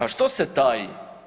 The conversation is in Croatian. A što se taji?